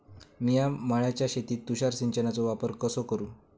मिया माळ्याच्या शेतीत तुषार सिंचनचो वापर कसो करू?